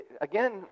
again